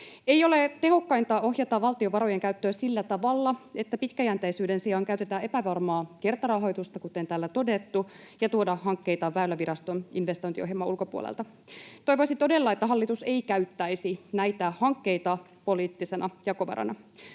Ei ole tehokkainta ohjata valtion varojen käyttöä sillä tavalla, että pitkäjänteisyyden sijaan käytetään epävarmaa kertarahoitusta, kuten täällä on todettu, ja tuodaan hankkeita Väyläviraston investointiohjelman ulkopuolelta. Toivoisin todella, että hallitus ei käyttäisi näitä hankkeita poliittisena jakovarana.